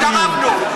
התערבנו.